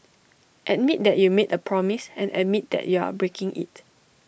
admit that you made A promise and admit that you are breaking IT